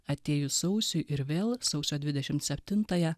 atėjus sausiui ir vėl sausio dvidešim septintąją